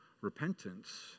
repentance